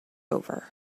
over